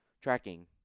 tracking